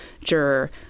juror